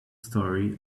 story